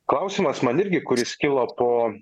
klausimas man irgi kuris kilo po